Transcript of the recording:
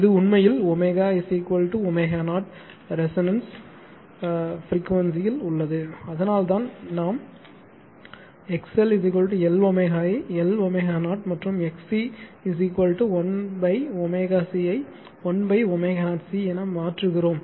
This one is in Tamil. இது உண்மையில் ω ω0 ரெசோனன்ஸ் பிரிக்வேன்சி ல் உள்ளது அதனால்தான் நாம் எங்கு XL Lω ஐ Lω0 மற்றும் XC 1 ω C ஐ 1 ω0 c என மாற்றுகிறோம்